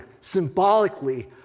symbolically